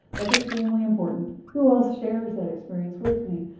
that's extremely important. who else shares that experience with me?